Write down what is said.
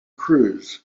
cruz